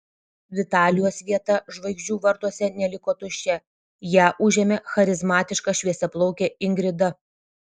vitalijos vieta žvaigždžių vartuose neliko tuščia ją užėmė charizmatiška šviesiaplaukė ingrida